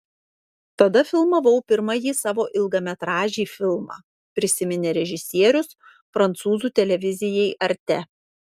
tada filmavau pirmąjį savo ilgametražį filmą prisiminė režisierius prancūzų televizijai arte